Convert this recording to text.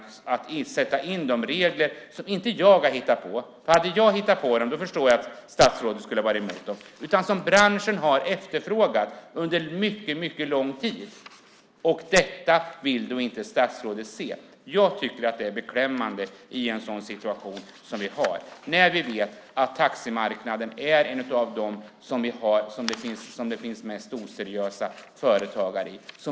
I stället avstår man från att införa de regler som inte jag har hittat på - om jag hade hittat på dem hade jag förstått om statsrådet hade varit emot dem - utan som branschen har efterfrågat under mycket lång tid. Detta vill statsrådet inte se. Jag tycker att det är beklämmande i den situation som vi befinner oss i, och när vi vet att taximarknaden är en av dem som det finns mest oseriösa företagare i.